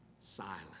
silent